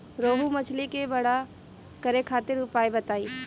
रोहु मछली के बड़ा करे खातिर उपाय बताईं?